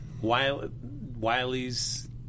Wiley's